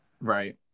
Right